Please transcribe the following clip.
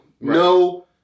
No